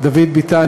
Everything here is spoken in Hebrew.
דוד ביטן,